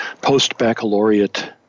post-baccalaureate